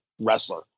wrestler